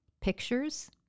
pictures